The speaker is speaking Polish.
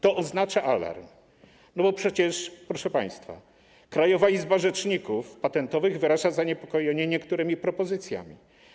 To oznacza alarm, bo przecież, proszę państwa, Krajowa Izba Rzeczników Patentowych wyraża zaniepokojenie niektórymi propozycjami.